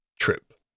trip